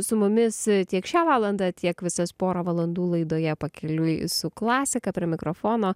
su mumis tiek šią valandą tiek visas porą valandų laidoje pakeliui su klasika prie mikrofono